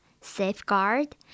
safeguard